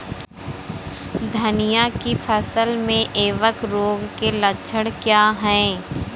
धनिया की फसल में कवक रोग के लक्षण क्या है?